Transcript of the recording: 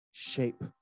shape